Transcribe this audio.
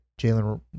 Jalen